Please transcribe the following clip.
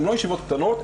הן לא ישיבות קטנות,